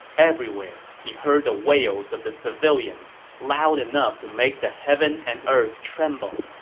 everywhere he heard the wails of the civilians, loud enough to make the heaven and earth tremble.